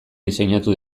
diseinatu